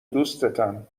دوستتم